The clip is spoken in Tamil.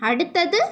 அடுத்தது